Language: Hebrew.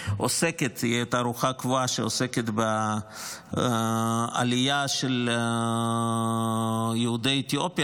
תערוכה קבועה שעוסקת בעלייה של יהודי אתיופיה,